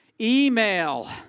email